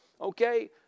okay